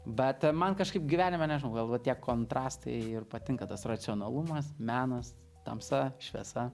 bet man kažkaip gyvenime nežinau gal va tie kontrastai patinka tas racionalumas menas tamsa šviesa